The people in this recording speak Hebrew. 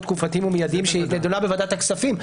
תקופתיים ומידיים) שנדונה בוועדת הכספים,